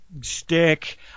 stick